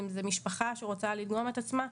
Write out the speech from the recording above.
אם זה משפחה שרוצה לדגום את עצמה,